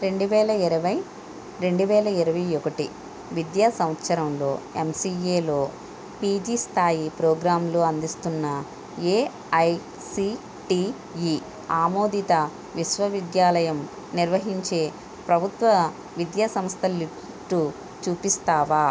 రెండు వేల ఇరవై రెండు వేల ఇరవై ఒకటి విద్యా సంవత్సరంలో ఎంసిఏలో పీజీ స్థాయి ప్రోగ్రాంలు అందిస్తున్న ఏఐసిటిఈ ఆమోదిత విశ్వవిద్యాలయం నిర్వహించే ప్రభుత్వ విద్యా సంస్థల లిస్టు చూపిస్తావా